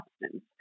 substance